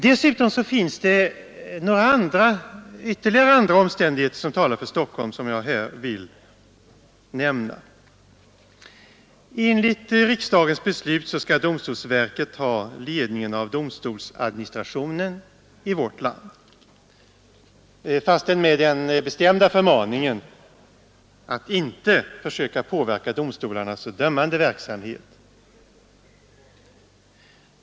Dessutom finns det ytterligare några andra omständigheter som talar för Stockholm som jag här vill nämna. Enligt riksdagens beslut skall domstolsverket ha ledningen av domstolsadministrationen i vårt land — fastän med den bestämda förmaningen att inte försöka påverka domstolarnas dömande verksamhet.